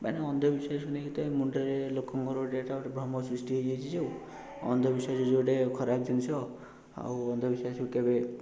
ମାନେ ଅନ୍ଧବିଶ୍ୱାସକୁ ନେଇ ଏତେ ମୁଣ୍ଡରେ ଲୋକଙ୍କର ଏଇଟା ଗୋଟେ ଭ୍ରମ ସୃଷ୍ଟି ହେଇଯାଇଛି ଯେ ଅନ୍ଧବିଶ୍ୱାସ ଗୋଟେ ଖରାପ ଜିନିଷ ଆଉ ଅନ୍ଧବିଶ୍ୱାସକୁ କେବେ